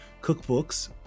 cookbooks